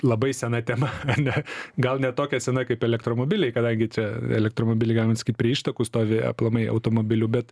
labai sena tema ar ne gal ne tokia sena kaip elektromobiliai kadangi čia elektromobiliai galima sakyt prie ištakų stovi aplamai automobilių bet